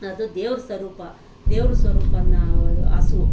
ಅದು ದೇವ್ರ ಸರೂಪ ದೇವರ ಸ್ವರೂಪ ನ ಹಸು